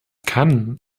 kann